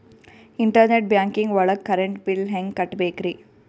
Internet banking ಒಳಗ್ current bill ಹೆಂಗ್ ಕಟ್ಟ್ ಬೇಕ್ರಿ?